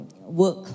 work